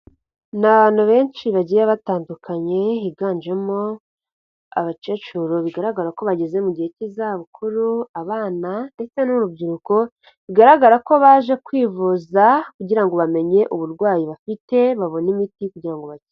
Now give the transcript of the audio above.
Ni abantu benshi bagiye batandukanye higanjemo abakecuru bigaragara ko bageze mu gihe cy'izabukuru, abana ndetse n'urubyiruko, bigaragara ko baje kwivuza, kugira ngo bamenye uburwayi bafite babone imiti kugira ngo bakire.